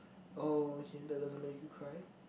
oh okay that doesn't make you cry